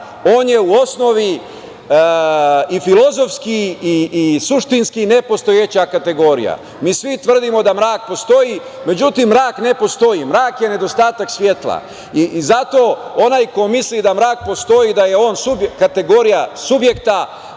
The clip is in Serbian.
On je u osnovi i filozofski i suštinski nepostojeća kategorija. Mi svi tvrdimo da mrak postoji, međutim mrak ne postoji, mrak je nedostatak svetla. Zato onaj ko misli da mrak postoji, da je on kategorija subjekta,